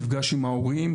נפגש עם ההורים,